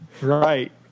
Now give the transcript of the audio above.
Right